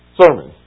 sermon